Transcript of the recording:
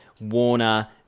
Warner